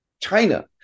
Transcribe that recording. china